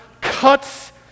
cuts